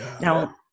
now